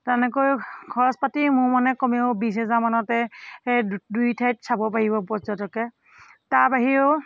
তেনেকৈ খৰচ পাতি মোৰমানত কমেও বিছ হেজাৰ মানতে দুই ঠাইত চাব পাৰিব পৰ্যটকে তাৰ বাহিৰেও